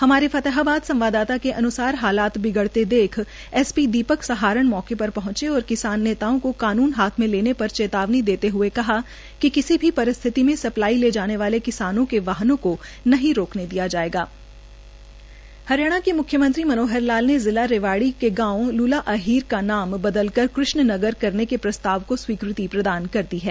हमारे फतेहाबाद संवाददाता के अनुसार हालात बगड़ते देख एस पी द पक सहारण मौके पर पहुंचे और कसान नेताओं को कानून को हाथ मे लेने से पर चेतावनी देते हुए कहा क कसी भी प र िथ त म आपू त ले जाने वाले कसान के वाहन को नहं रोकने दया जायेगा ह रयाणा के मु यमं ी मनोहर लाल ने जिला रेवाड़ी के गांव लूला अह र का नाम बदल कर कु ण नगर करने के ताव को वीकृत दान कर द है